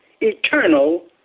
eternal